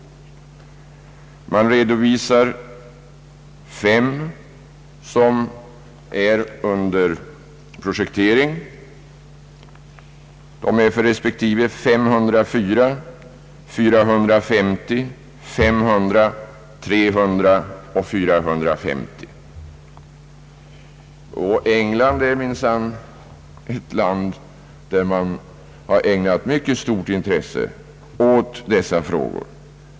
Man redovisar fem fängelser som är under projektering, och de är på respektive 504, 450, 500, 300 och 450 platser. England är minsann ett land, där man har ägnat ett mycket stort intresse åt dessa frågor.